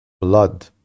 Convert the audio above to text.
blood